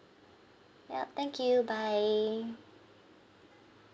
yup thank you bye